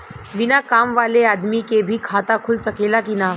बिना काम वाले आदमी के भी खाता खुल सकेला की ना?